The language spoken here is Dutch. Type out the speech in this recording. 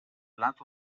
laat